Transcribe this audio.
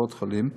קופות החולים,